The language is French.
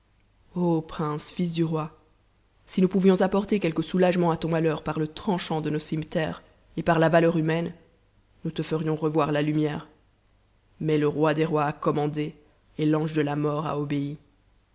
prince fils du roi si nous pouvions apporter quelque soulagement à ton mal par le tranchant de nos cimeterres et par la valeur humaine nous te ferions revoir la lumière mais le roi des rois a commandé et l'ange de la mort a obéi